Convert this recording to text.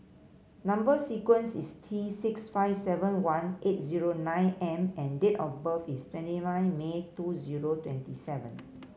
number sequence is T six five seven one eight zero nine M and date of birth is twenty five May two zero twenty seven